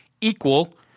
equal